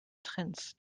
trends